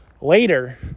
later